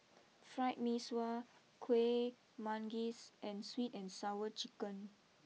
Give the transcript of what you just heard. Fried Mee Sua Kueh Manggis and sweet and Sour Chicken